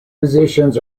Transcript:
positions